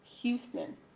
Houston